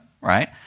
right